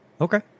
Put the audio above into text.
Okay